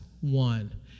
one